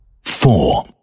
Four